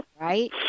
Right